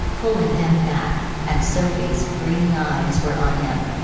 pulling him back, and sophie's green eyes were on him.